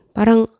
Parang